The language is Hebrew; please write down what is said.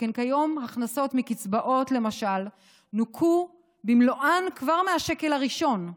שכן כיום הכנסות מקצבאות למשל נוכו במלואן כבר מהשקל הראשון,